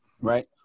right